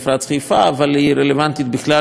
אבל היא רלוונטית בכלל לאירועי חירום,